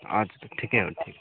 हजुर ठिकै हो ठिक